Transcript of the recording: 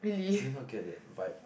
do you not get that vibe